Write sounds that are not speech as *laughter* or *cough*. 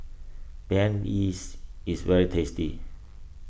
Banh *unintelligible* is very tasty